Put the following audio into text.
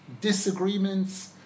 disagreements